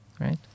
right